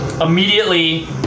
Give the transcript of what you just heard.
immediately